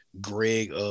Greg –